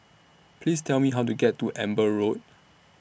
Please Tell Me How to get to Amber Road